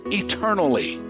eternally